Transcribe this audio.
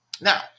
Now